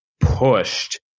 Pushed